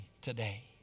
today